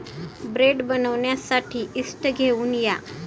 bread बनवण्यासाठी yeast घेऊन या